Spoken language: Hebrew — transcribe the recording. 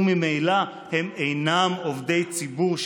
וממילא הם אינם עובדי ציבור,